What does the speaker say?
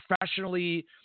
professionally